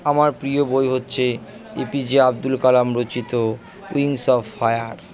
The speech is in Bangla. আমার প্রিয় বই হচ্ছে এপিজে আবদুল কালাম রচিত উইংস অফ ফায়ার